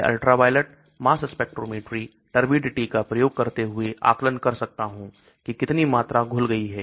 मैं ultraviolet mass spec turbidity का प्रयोग करते हुए आकलन कर सकता हूं कि कितनी मात्रा घुल गई है